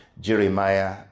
Jeremiah